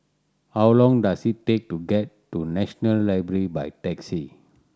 how long does it take to get to National Library by taxi